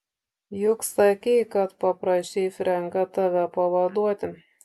juk sakei kad paprašei frenką tave pavaduoti